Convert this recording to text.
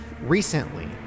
Recently